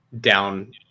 down